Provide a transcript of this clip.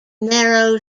narrow